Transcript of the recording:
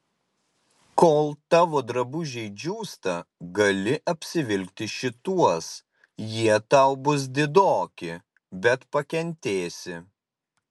kol tavo drabužiai džiūsta gali apsivilkti šituos jie tau bus didoki bet pakentėsi